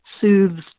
soothes